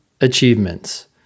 achievements